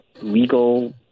legal